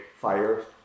fire